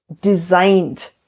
designed